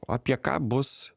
apie ką bus